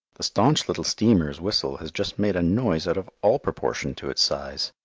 the staunch little steamer's whistle has just made a noise out of all proportion to its size.